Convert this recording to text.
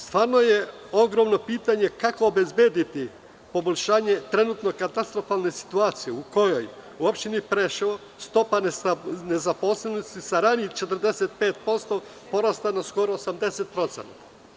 Stvarno je ogromno pitanje kako obezbediti poboljšanje trenutno katastrofalne situacije u kojoj je u opštini Preševo stopa nezaposlenosti sa ranijih 45% porasla na skoro 80%